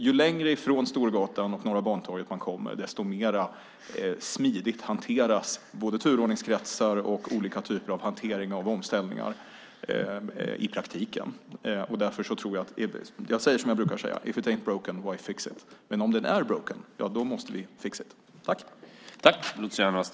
Ju längre från Storgatan och Norra Bantorget man kommer desto mer smidigt hanteras både turordningskretsar och olika typer av omställningar i praktiken. Jag säger som jag brukar säga: If it ain't broken why fix it? Om den är broken måste vi fix it.